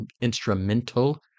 instrumental